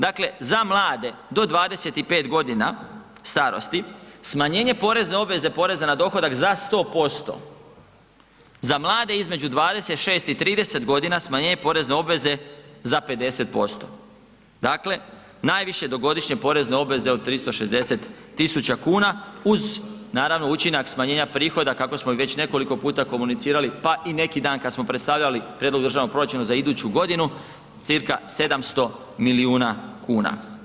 Dakle, za mlade do 25.g. starosti smanjenje porezne obveze poreza na dohodak za 100%, za mlade između 26 i 30.g. smanjenje porezne obveze za 50%, dakle najviše do godišnje porezne obveze od 360.000,00 kn uz naravno učinak smanjenja prihoda kako smo ih već nekoliko puta komunicirali, pa i neki dan kad smo predstavljali prijedlog državnog proračuna za iduću godinu cca. 700 milijuna kuna.